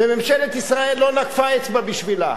וממשלת ישראל לא נקפה אצבע בשבילה.